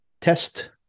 test